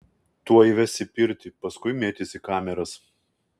tuoj ves į pirtį paskui mėtys į kameras